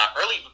early